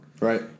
Right